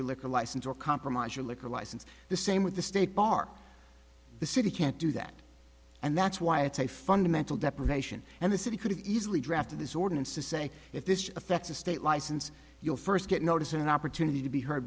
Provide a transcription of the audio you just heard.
your liquor license or compromise your liquor license the same with the state bar the city can't do that and that's why it's a fundamental deprivation and the city could have easily drafted this ordinance to say if this affects a state license you'll first get notice an opportunity to be heard